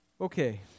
Okay